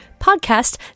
podcast